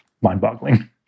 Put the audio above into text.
mind-boggling